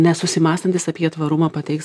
nesusimąstantys apie tvarumą pateiks